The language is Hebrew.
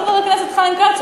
חבר הכנסת חיים כץ,